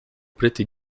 preta